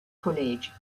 college